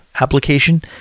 application